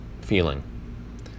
feeling